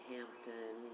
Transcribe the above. Hampton